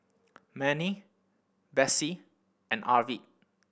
Mannie Bessie and Arvid